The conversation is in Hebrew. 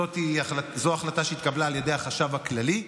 זו החלטה שהתקבלה על ידי החשב הכללי.